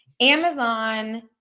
Amazon